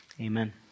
Amen